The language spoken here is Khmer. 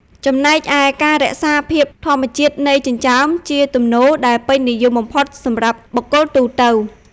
ចំណែកឯ ការរក្សាភាពធម្មជាតិនៃចិញ្ចើម ជាទំនោរដែលពេញនិយមបំផុតសម្រាប់បុគ្គលទូទៅ។